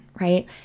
right